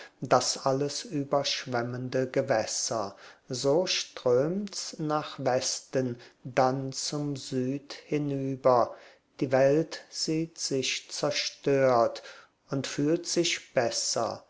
das alles überschwemmende gewässer so strömt's nach westen dann zum süd hinüber die welt sieht sich zerstört und fühlt sich besser